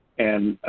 and,